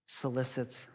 solicits